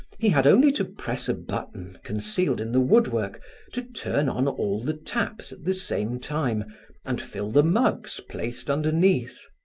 he had only to press a button concealed in the woodwork to turn on all the taps at the same time and fill the mugs placed underneath.